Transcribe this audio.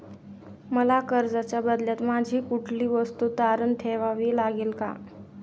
मला कर्जाच्या बदल्यात माझी कुठली वस्तू तारण ठेवावी लागेल का?